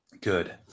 Good